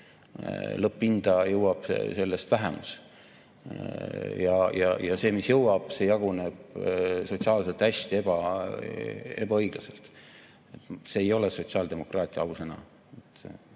Lõpphinda jõuab sellest vähemus. See, mis jõuab, jaguneb sotsiaalselt hästi ebaõiglaselt. See ei ole sotsiaaldemokraatia, ausõna,